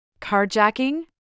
Carjacking